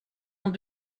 ont